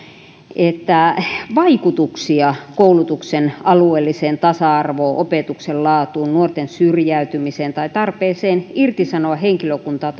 että vaikutuksia koulutuksen alueelliseen tasa arvoon opetuksen laatuun nuorten syrjäytymiseen tai tarpeeseen irtisanoa henkilökuntaa